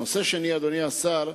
נושא שני, אדוני השר,